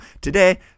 today